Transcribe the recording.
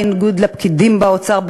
בניגוד לעמדת פקידים באוצר,